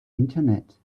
internet